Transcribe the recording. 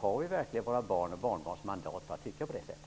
har vi verkligen våra barns och barnbarns mandat att tycka på det sättet.